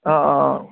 অ অ অ